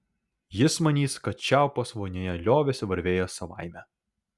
jis manys kad čiaupas vonioje liovėsi varvėjęs savaime